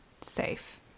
safe